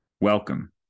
welcome